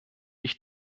ich